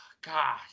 God